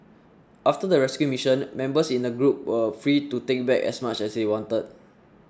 after the rescue mission members in the group were free to take back as much as they wanted